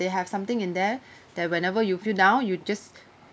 they have something in there that whenever you feel down you just